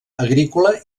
agrícola